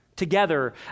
together